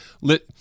let